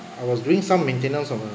I was doing some maintenance of a